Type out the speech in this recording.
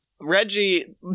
Reggie